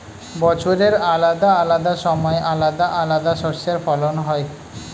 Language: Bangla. বছরের আলাদা আলাদা সময় আলাদা আলাদা শস্যের ফলন হয়